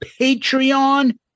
Patreon